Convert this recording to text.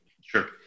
Sure